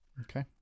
Okay